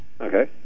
Okay